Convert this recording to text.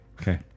Okay